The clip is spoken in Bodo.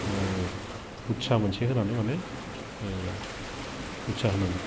उथसा मोनसे होनानै माने उथसा होनांगोन